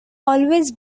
always